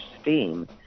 steam